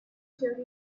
tell